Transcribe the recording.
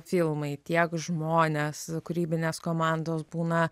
filmai tiek žmonės kūrybinės komandos būna